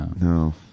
No